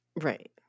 Right